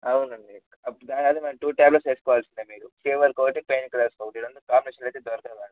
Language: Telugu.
అవునండి అదే మ్యామ్ టూ టాబ్లెట్స్ వేసుకోవాల్సిందే మీరు ఫీవర్కి ఒకటి పెయిన్ కిల్లర్కి ఒకటి రెండు కాంబినేషన్లో అయితే దొరకదు మేడం